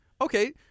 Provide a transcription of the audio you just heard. okay